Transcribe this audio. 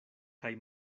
kaj